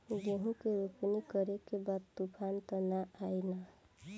गेहूं के रोपनी करे के बा तूफान त ना आई न?